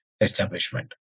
establishment